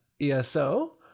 ESO